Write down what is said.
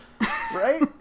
right